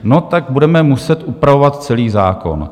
No tak budeme muset upravovat celý zákon.